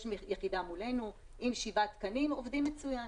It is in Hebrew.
יש יחידה מולנו, עם 7 תקנים, עובדים מצוין.